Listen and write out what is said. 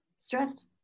stressed